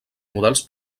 models